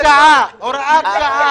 זה הוראת שעה, הוראת שעה